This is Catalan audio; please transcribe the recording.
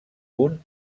punt